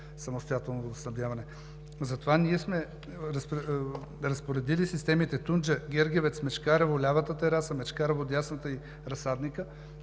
самостоятелно водоснабдяване. Затова ние сме разпоредили системите Тунджа, Гергевец, Мечкарево – лявата тераса, Мечкарево – дясната, и разсадника